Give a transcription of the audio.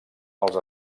als